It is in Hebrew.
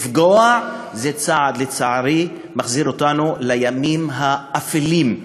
לפגוע זה צעד שלצערי מחזיר אותנו לימים אפלים.